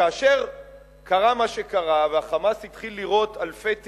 כאשר קרה מה שקרה וה"חמאס" התחיל לירות אלפי טילים,